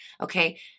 Okay